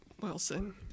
Wilson